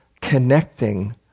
connecting